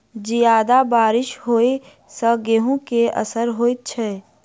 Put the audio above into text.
जियादा बारिश होइ सऽ गेंहूँ केँ असर होइ छै?